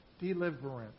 Deliverance